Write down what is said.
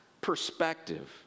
perspective